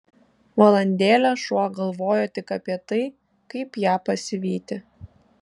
valandėlę šuo galvojo tik apie tai kaip ją pasivyti